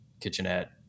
kitchenette